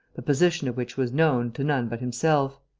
the position of which was known, to none but himself.